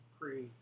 pre